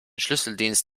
schlüsseldienst